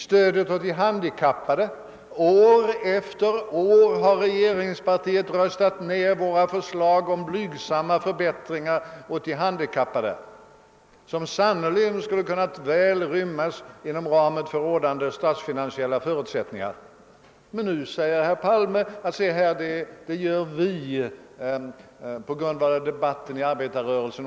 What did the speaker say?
Stödet åt de handikappade: år efter år har regeringspartiet röstat ned våra förslag om blygsamma förbättringar åt de handikappade som sannerligen väl skulle ha kunnat rymmas inom ramen för rådande statsfinansiella förutsättningar. Men nu säger herr Palme: »Se här, allt detta gör vi på grundval av debatten inom = arbetarrörelsen.